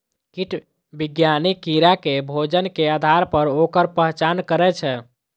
कीट विज्ञानी कीड़ा के भोजन के आधार पर ओकर पहचान करै छै